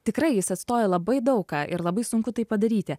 tikrai jis atstoja labai daug ką ir labai sunku tai padaryti